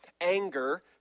anger